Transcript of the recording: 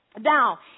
Now